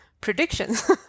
predictions